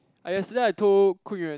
I yesterday I told Kun-Yuan